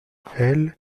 elle